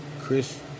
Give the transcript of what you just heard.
Chris